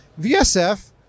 VSF